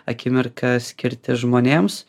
akimirką skirti žmonėms